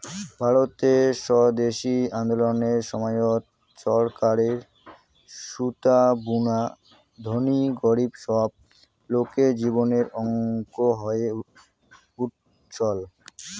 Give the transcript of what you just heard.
ভারতের স্বদেশি আন্দোলনের সময়ত চরকারে সুতা বুনা ধনী গরীব সব লোকের জীবনের অঙ্গ হয়ে উঠছল